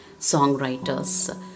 songwriters